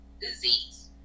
disease